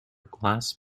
glass